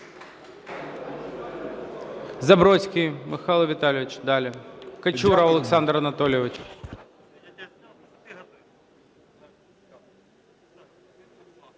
Забродський Михайло Віталійович далі. Качура Олександр Анатолійович.